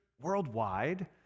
worldwide